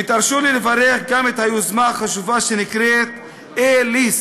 ותרשו לי לברך גם על היוזמה החשובה שנקראת A-List: